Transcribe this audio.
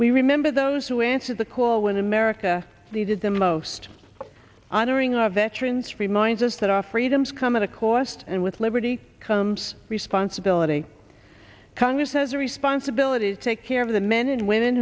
we remember those who answered the call when america needed them most honoring our veterans reminds us that our freedoms come at a cost and with liberty comes responsibility congress has a responsibility to take care of the men and women